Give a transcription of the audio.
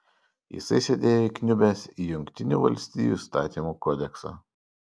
jisai sėdėjo įkniubęs į jungtinių valstijų įstatymų kodeksą